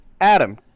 Adam